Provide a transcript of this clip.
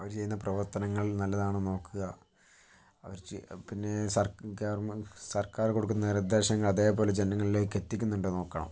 അവര് ചെയ്യുന്ന പ്രവർത്തനങ്ങൾ നല്ലതാണോ എന്ന് നോക്കുക കുറച്ച് പിന്നേ സർക്ക് ഗവൺമെൻറ് സർക്കാർ കൊടുക്കുന്ന നിർദ്ദേശങ്ങൾ അതേപോലെ ജനങ്ങളിലേക്ക് എത്തിക്കുന്നുണ്ടോന്ന് നോക്കണം